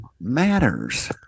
matters